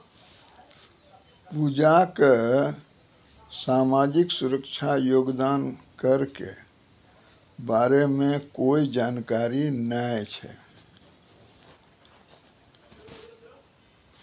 पूजा क सामाजिक सुरक्षा योगदान कर के बारे मे कोय जानकारी नय छै